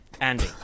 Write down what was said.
Andy